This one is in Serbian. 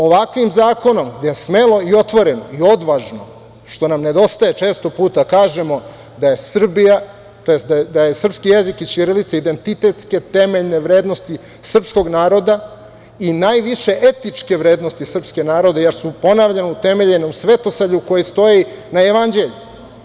Ovakvim zakonom je smelo i otvoreno i odvažno, što nam nedostaje često puta kada kažemo da je srpski jezik i ćirilica identitetske temeljne vrednosti srpskog naroda i najviše etičke vrednosti srpskog naroda jer su, ponavljam, utemeljene u svetosavlju koji stoji na Jevanđelju.